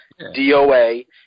DOA